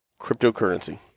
cryptocurrency